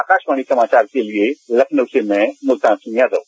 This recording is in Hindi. आकाशवाणी समाचार के लिए लखनऊ से मैं मुल्तान सिंह यादव